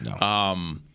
No